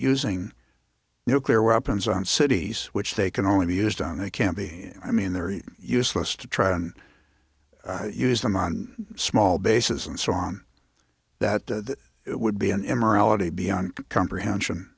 using nuclear weapons on cities which they can only be used on they can be i mean they're useless to try to use them on small bases and so on that it would be an m r e ality beyond comprehension